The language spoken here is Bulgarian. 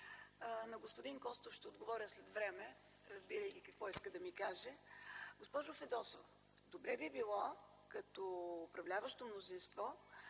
На господин Костов ще отговоря след време, разбирайки какво иска да ми каже. Госпожо Фидосова, добре би било като управляващо мнозинство,